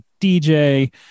DJ